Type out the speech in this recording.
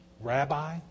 Rabbi